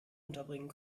unterbringen